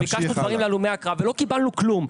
ביקשנו דברים להלומי הקרב ולא קיבלנו כלום.